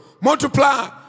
multiply